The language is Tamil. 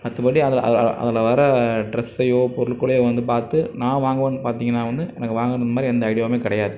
மற்றபடி அதில் வர டிரெஸ்ஸையோ பொருள்களையோ வந்து பார்த்து நான் வாங்குவன்னு பார்த்திங்கன்னா எனக்கு வாங்கணும் இந்தமாதிரி எந்த ஐடியாவும் கிடையாது